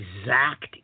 exact